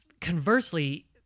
conversely